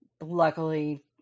Luckily